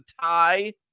tie